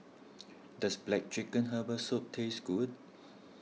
does Black Chicken Herbal Soup taste good